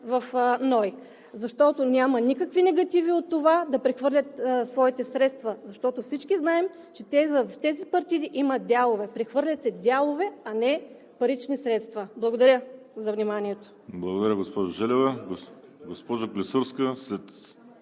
в НОИ. Защото няма никакви негативи от това да прехвърлят своите средства. Защото всички знаем, че в тези партиди имат дялове. Прехвърлят се дялове, а не парични средства. Благодаря за вниманието. ПРЕДСЕДАТЕЛ ВАЛЕРИ СИМЕОНОВ: Благодаря, госпожо Желева. Госпожо Клисурска,